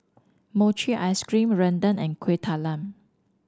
Mochi Ice Cream rendang and Kueh Talam